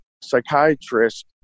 psychiatrist